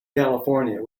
california